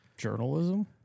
Journalism